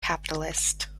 capitalist